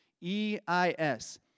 e-i-s